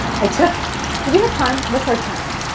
i took do we have time? what's our timing?